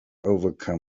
overcome